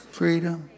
freedom